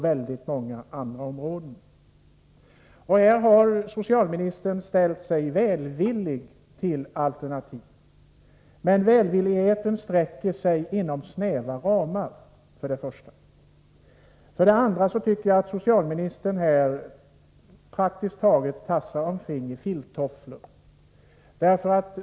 Här har socialministern ställt sig välvillig till alternativ, men för det första är det en välvillighet inom snäva ramar. För det andra tycker jag att socialministern i stort sett tassar omkring i filttofflor.